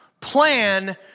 plan